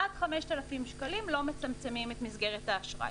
עד 5,000 שקלים לא מצמצמים את מסגרת האשראי.